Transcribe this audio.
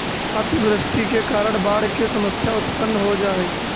अतिवृष्टि के कारण बाढ़ के समस्या उत्पन्न हो जा हई